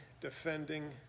defending